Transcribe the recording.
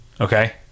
Okay